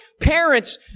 parents